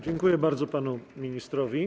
Dziękuję bardzo panu ministrowi.